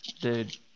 dude